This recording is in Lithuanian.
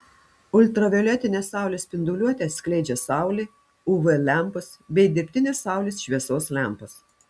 ultravioletinę saulės spinduliuotę skleidžia saulė uv lempos bei dirbtinės saulės šviesos lempos